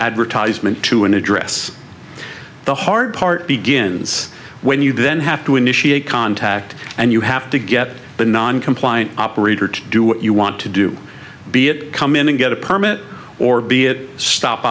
advertisement to an address the hard part begins when you then have to initiate contact and you have to get the non compliant operator to do what you want to do be it come in and get a permit or be it stop